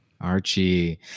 archie